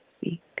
speak